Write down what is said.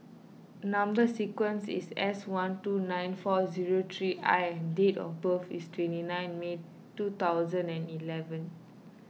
Number Sequence is S one two nine four zero three I and date of birth is twenty nine May two thousand and eleven